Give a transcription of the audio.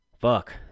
fuck